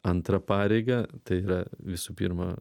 antrą pareigą tai yra visų pirma